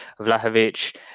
Vlahovic